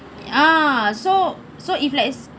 ah so so if let's